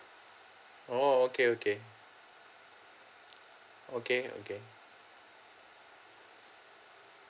orh okay okay okay okay